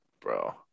bro